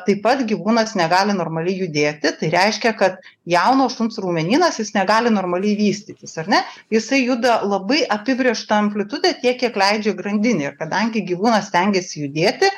taip pat gyvūnas negali normaliai judėti tai reiškia kad jauno šuns raumenynas jis negali normaliai vystytis ar ne jisai juda labai apibrėžta amplitude tiek kiek leidžia grandinė ir kadangi gyvūnas stengiasi judėti